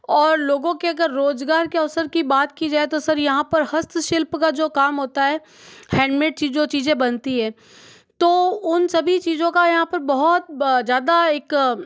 और लोगों के अगर रोज़गार के अवसर की बात की जाए तो सर यहाँ पर हस्तशिल्प का जो काम होता है हैंडमेड चीज़ जो चीज़ें बनती हैं तो उन सभी चीज़ों का यहाँ पर बहुत ज़्यादा एक